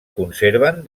conserven